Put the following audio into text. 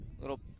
Little